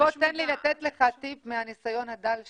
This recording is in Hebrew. אז פה תן לי לתת לך טיפ מהניסיון הדל שלי,